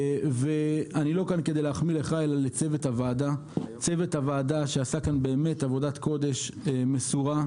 אני לא כאן כדי להחמיא לך אלא לצוות הוועדה שעשה פה עבודת קודש מסורה.